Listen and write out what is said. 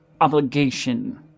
obligation